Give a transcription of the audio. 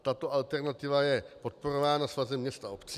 Tato alternativa je podporována Svazem měst a obcí.